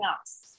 else